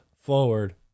forward